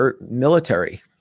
military